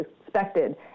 expected